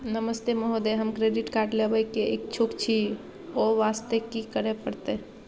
नमस्ते महोदय, हम credit card लेबे के इच्छुक छि ओ वास्ते की करै परतै?